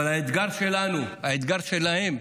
האתגר שלנו, האתגר שלהם,